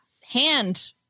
hand